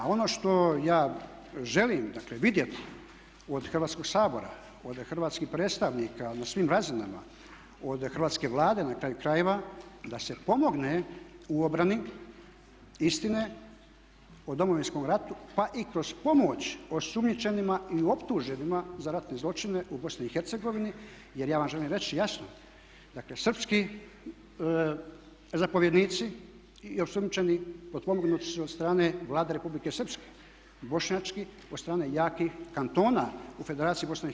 A ono što ja želim dakle vidjeti od Hrvatskog sabora, od hrvatskih predstavnika na svim razinama, od Hrvatske vlade na kraju krajeva da se pomogne u obrani istine o Domovinskom ratu pa i kroz pomoć osumnjičenima i optuženima za ratne zločine u BiH jer ja vam želim reći jasno dakle srpski zapovjednici i osumnjičeni potpomognuti su od strane Vlade Republike Srpske, Bošnjački od strane jakih kantona u Federaciji BiH.